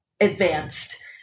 advanced